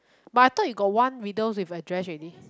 but I thought you got one widow with address already